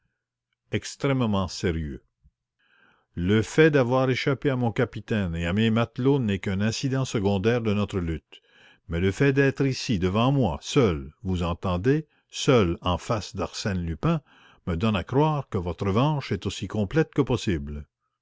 extrêmement sérieux le fait d'avoir échappé à mon capitaine et à mes matelots n'est qu'un incident secondaire de notre lutte mais le fait d'être ici devant moi seul vous entendez seul en face d'arsène lupin me donne à croire que votre revanche est aussi complète que possible